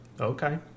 Okay